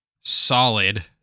solid